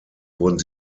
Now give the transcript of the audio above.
wurden